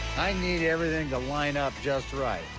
i need everything to line up just right.